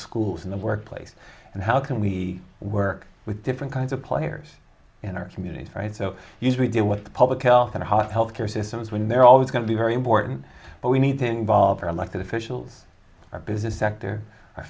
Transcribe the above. schools in the workplace and how can we work with different kinds of players in our communities right so use we do what the public health and hot health care systems when they're always going to be very important but we need to involve our elected officials our business sector